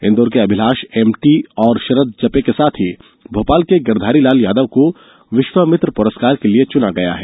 इंदौर के अभिलाष एमटी और शरद जपे के साथ ही भोपाल के गिरधारी लाल यादव को विश्वामित्र प्रस्कार के लिये चुना गया है